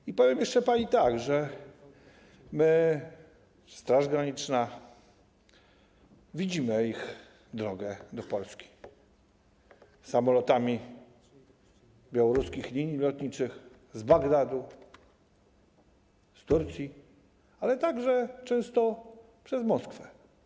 I powiem jeszcze pani tak, że my, Straż Graniczna widzimy ich drogę do Polski samolotami białoruskich linii lotniczych z Bagdadu, z Turcji, ale także często przez Moskwę.